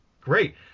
Great